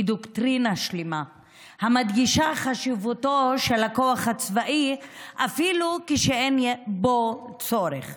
הוא דוקטרינה שלמה המדגישה חשיבותו של הכוח הצבאי אפילו כשאין בו צורך.